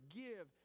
give